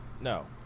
No